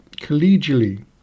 collegially